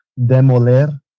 Demoler